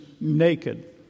naked